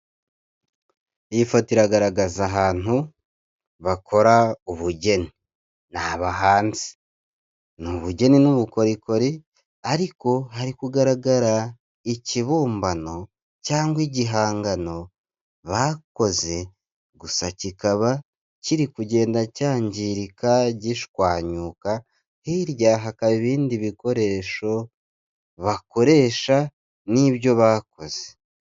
Iyi foto iragaragaza ahantu bakora ubugeni. Ni abahanzi ni ubugeni n'ubukorikori ariko hari kugaragara ikibumbano cyangwa igihangano bakoze gusa kikaba kiri kugenda cyangirika gishwanyuka hirya hakaba ibindi bikoresho bakoresha n'ibyo bakoze.